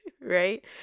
right